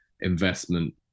investment